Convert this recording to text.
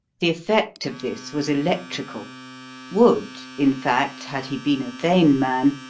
the effect of this was electrical would, in fact, had he been a vain man,